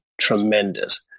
Tremendous